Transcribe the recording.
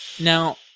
Now